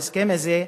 ההסכם הזה,